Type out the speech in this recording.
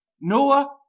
Noah